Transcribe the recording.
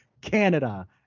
Canada